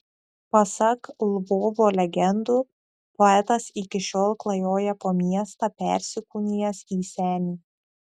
pasak lvovo legendų poetas iki šiol klajoja po miestą persikūnijęs į senį